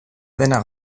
dena